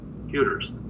computers